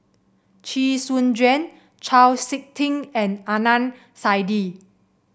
Chee Soon Juan Chau SiK Ting and Adnan Saidi